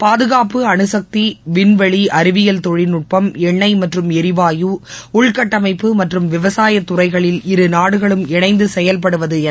பாதுகாப்பு அனுசக்தி விண்வெளி அறிவியல் தொழில்நுட்பம் எண்ணெய் மற்றும் எரிவாயு உள்கட்டமாப்பு மற்றும் விவசாயத் துறைகளில் இரு நாடுகளும் இணைந்து செயல்படுவது என ஒப்புக் கொள்ளப்பட்டன